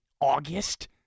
August